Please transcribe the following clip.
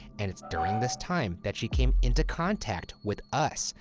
and it's during this time that she came into contact with us,